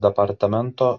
departamento